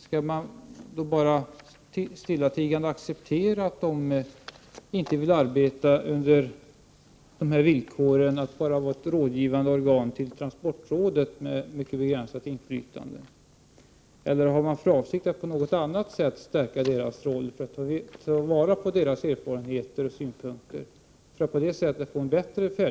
Skall man bara stillatigande acceptera att de inte vill arbeta under dessa villkor — att bara vara ett rådgivande organ i förhållande till transportrådet, med mycket begränsat inflytande? Eller har man för